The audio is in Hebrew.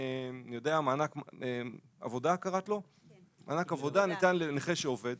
מענק עבודה ניתן לנכה שעובד.